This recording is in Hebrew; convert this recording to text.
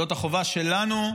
זאת החובה שלנו,